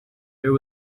there